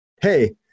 Hey